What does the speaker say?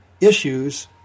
issues